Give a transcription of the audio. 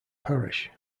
parish